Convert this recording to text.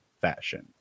fashion